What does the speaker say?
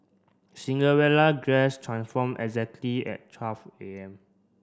Cinderella dress transform exactly at twelve A M